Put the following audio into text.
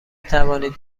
توانید